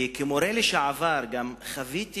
וכמורה לשעבר חוויתי